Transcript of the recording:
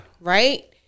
Right